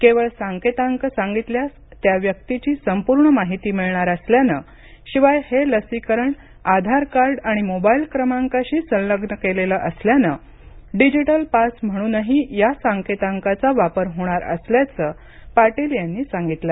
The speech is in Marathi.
केवळ सांकेतांक सांगितल्यास त्या व्यक्तीची संपूर्ण माहिती मिळणार असल्यानं शिवाय हे लसीकरण आधार कार्ड आणि मोबाईल क्रमांकाशी संलग्न केलेलं असल्यानं डिजिटल पास म्हणूनही या सांकेतांकाचा वापर होणार असल्याचं पाटील यांनी सांगितलं